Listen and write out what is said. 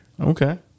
Okay